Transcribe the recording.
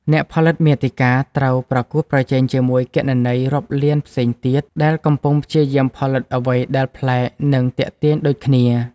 អ្នកផលិតមាតិកាត្រូវប្រកួតប្រជែងជាមួយគណនីរាប់លានផ្សេងទៀត ដែលកំពុងព្យាយាមផលិតអ្វីដែលប្លែក និងទាក់ទាញដូចគ្នា។